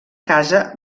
casa